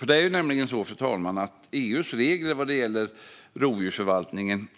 Det är nämligen så, fru talman, att EU:s regler vad gäller rovdjursförvaltningen